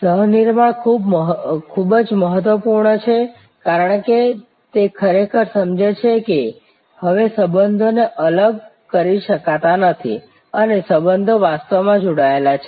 સહ નિર્માણ ખૂબ જ મહત્વપૂર્ણ છે કારણ કે તે ખરેખર સમજે છે કે હવે સંબંધોને અલગ કરી શકાતા નથી અને સંબંધો વાસ્તવમાં જોડાયેલા છે